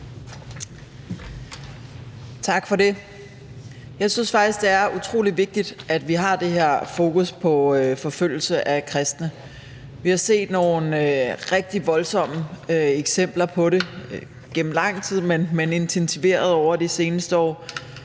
Tak for det. Jeg synes faktisk, det er utrolig vigtigt, at vi har det her fokus på forfølgelse af kristne. Vi har set nogle rigtig voldsomme eksempler på det gennem lang tid, men intensiverede over de senere år.